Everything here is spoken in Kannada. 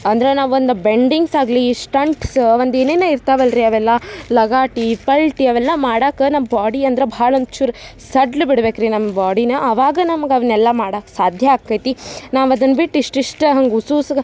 ಅಂದ್ರೆ ನಾವೊಂದು ಬೆಂಡಿಂಗ್ಸ್ ಆಗಲಿ ಶ್ಟಂಟ್ಸ್ ಒಂದು ಏನೇನೋ ಇರ್ತವಲ್ಲ ರಿ ಅವೆಲ್ಲ ಲಗಾಟಿ ಪಲ್ಟಿ ಅವೆಲ್ಲ ಮಾಡಕ್ಕ ನಮ್ಮ ಬಾಡಿ ಅಂದ್ರೆ ಭಾಳ ಒಂಚೂರು ಸಡ್ಲ ಬಿಡ್ಬೇಕು ರಿ ನಮ್ಮ ಬಾಡಿನ ಆವಾಗ ನಮ್ಗೆ ಅವನ್ನೆಲ್ಲ ಮಾಡಕ್ಕ ಸಾಧ್ಯ ಆಗ್ತೈತಿ ನಾವದನ್ನು ಬಿಟ್ಟು ಇಷ್ಟಿಷ್ಟೇ ಹಂಗೆ ಉಸೂಸ್ಗ